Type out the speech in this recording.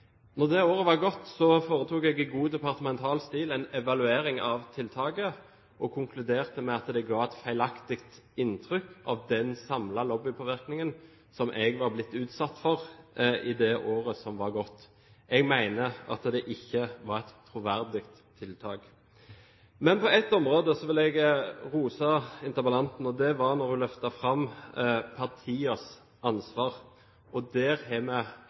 det året var gått, foretok jeg i god departemental stil en evaluering av tiltaket og konkluderte med at det ga et feilaktig inntrykk av den samlede lobbypåvirkningen som jeg var blitt utsatt for i det året som var gått. Jeg mener at det ikke var et troverdig tiltak. På ett område vil jeg rose interpellanten, og det var at hun løftet fram partienes ansvar. Der har vi